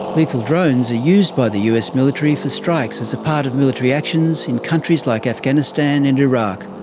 lethal drones are used by the us military for strikes as a part of military actions, in countries like afghanistan and iraq.